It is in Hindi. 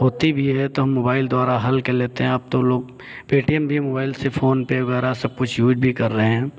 होती भी है तो हम मोबाइल द्वारा हल कर लेते हैं अब तो लोग पेटीएम भी मोबाइल से फोन पे वगैरह यूज़ भी कर रहे हैं